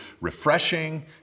refreshing